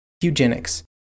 eugenics